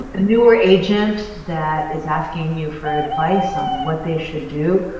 ah newer agent that is asking you for advice on what they should do.